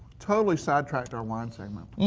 totally side tracked our wine segment.